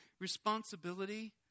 responsibility